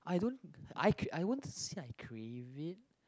I don't I ca~ won't say I crave it